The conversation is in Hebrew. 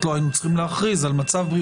אם היינו רוצים להעביר מסר שיש שגרה,